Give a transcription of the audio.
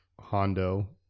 Hondo